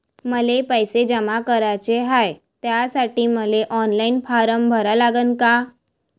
मले पैसे जमा कराच हाय, त्यासाठी मले ऑनलाईन फारम भरा लागन का?